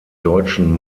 deutschen